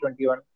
2021